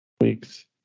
weeks